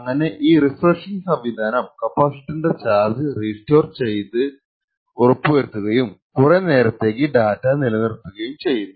അങ്ങനെ ഈ റിഫ്രഷിങ് സംവിധാനം കാപ്പാസിറ്ററിന്റെ ചാർജ് റീസ്റ്റോർ ചെയ്തെന്ന് ഉറപ്പുവരുത്തുകയും കുറെ നേരത്തേക്ക് ഡാറ്റ നിലനിർത്തുകയും ചെയ്യുന്നു